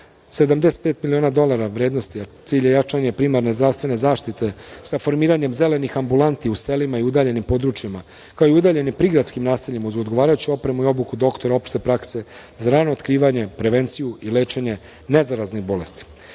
75 miliona dolara vrednost je. Cilj je jačanje i primarne zaštite sa formiranjem zelenih ambulanti u selima i udaljenim područjima, kao i udaljenim prigradskim naseljima uz odgovarajuću opremu i obuku doktora opšte prakse za rano otkrivanje, prevenciju i lečenje nezaranih bolesti. Do